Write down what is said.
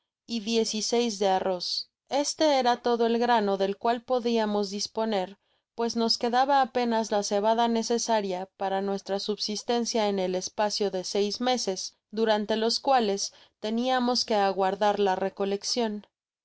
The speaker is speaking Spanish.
y diez y seis de arroz este era todo el grano del cual podiamos disponer pues nos quedaba apenas la cebada necesaria para nuestra subsistencia en el espacio de seis meses durante los cuales teniamos que aguardar la recoleccion